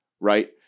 right